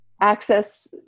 access